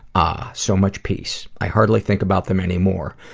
ahhhh, so much peace. i hardly think about them anymore.